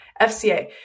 FCA